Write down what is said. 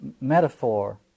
metaphor